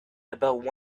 about